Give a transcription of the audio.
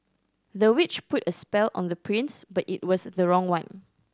the witch put a spell on the prince but it was the wrong one